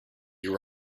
you